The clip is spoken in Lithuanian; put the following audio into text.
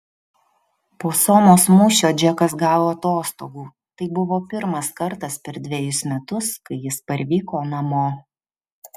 po somos mūšio džekas gavo atostogų tai buvo pirmas kartas per dvejus metus kai jis parvyko namo